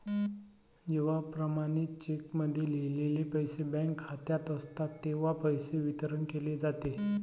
जेव्हा प्रमाणित चेकमध्ये लिहिलेले पैसे बँक खात्यात असतात तेव्हाच पैसे वितरित केले जातात